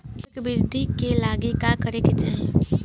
पौधों की वृद्धि के लागी का करे के चाहीं?